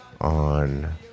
on